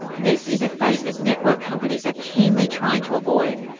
this is a fate that network companies are keenly trying to avoid.